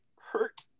hurt